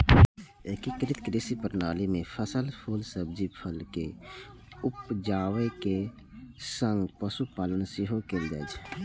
एकीकृत कृषि प्रणाली मे फसल, फूल, सब्जी, फल के उपजाबै के संग पशुपालन सेहो कैल जाइ छै